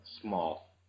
small